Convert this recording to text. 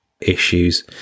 issues